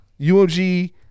UMG